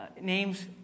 Names